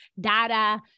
data